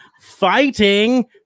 fighting